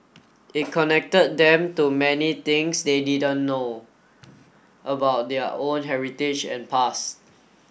it connected them to many things they didn't know about their own heritage and pass